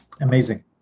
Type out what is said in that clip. Amazing